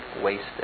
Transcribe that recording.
wasted